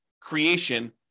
creation